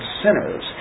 sinners